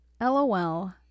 LOL